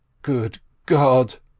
good god!